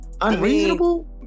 unreasonable